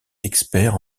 expert